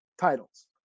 titles